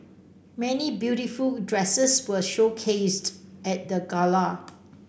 many beautiful dresses were showcased at the gala